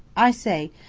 i say,